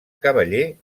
cavaller